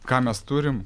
ką mes turim